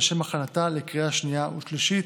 לשם הכנתה לקריאה השנייה והשלישית.